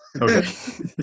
okay